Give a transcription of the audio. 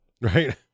Right